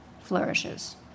flourishes